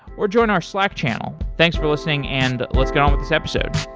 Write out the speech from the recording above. or join our slack channel thanks for listening and let's get on with this episode